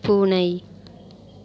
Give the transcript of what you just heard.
பூனை